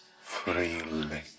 freely